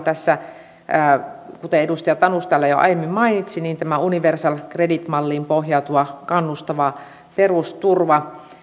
tässä kuten edustaja tanus täällä jo aiemmin mainitsi tämä universal credit malliin pohjautuva kannustava perusturva